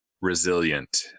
resilient